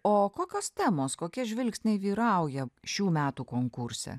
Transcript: o kokios temos kokie žvilgsniai vyrauja šių metų konkurse